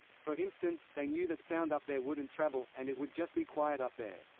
for instance, they knew that sound up there wouldn't travel, and it would just be quiet up there.